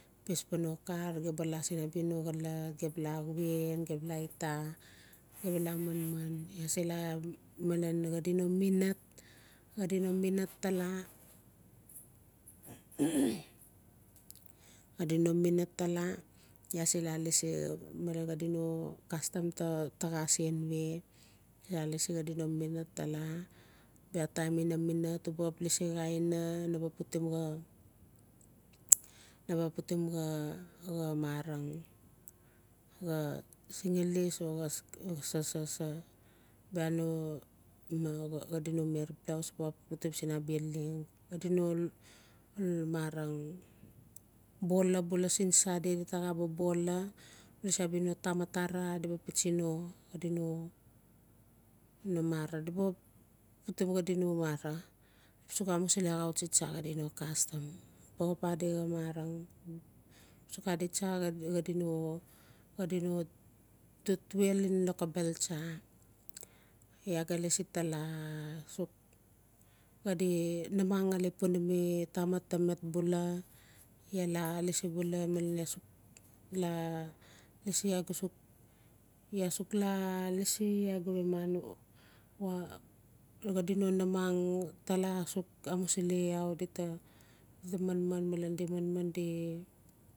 Pis pan no kar gem ba la sin no xolot gem ba la wien ge la manman iaa se la man lan xadi no minet xadi no minat tala xadi no minat ta iaa se la lasi xadi no kastam ta se nwe iaa lasi xadi no minat tala bia time ina minat uba xap las lasi xa aina puti xa naba putim xa-xa meran xa sikilis o xa bia no xadi no meriblouse di ba putim siin abis leng xadi no marang bolabula siin sunday si ta xa bobola uba lasi no tamat arara di ba ptsi no xadi no-no mara puti xadino mara di suk mausili axautsi tsa xadi no kastam di ba xap adi xa marang di ba suk adi tsa xadi no tatuel en lokobel tsa iaa ga lasi tala xadi namang ngali punami tamat ta met vula iaa la lasi bula male iaa suk la-la lasi is ga suk xadi no namang tala asuk amusili au dita manman malen di manman